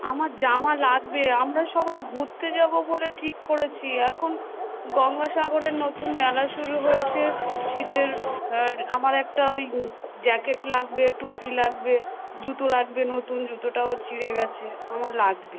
আমার জামা লাগবে আমরা সবাই ঘুরতে যাবো বলে ঠিক করেছি এখন গঙ্গাসাগরে নতুন মেলা শুরু হয়েছে শীতের আমার একটা ওই জ্যাকেট লাগবে টুপি লাগবে জুতো লাগবে নতুন জুতোটাও ছিঁড়ে গেছে আমার লাগবে